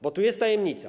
Bo tu jest tajemnica.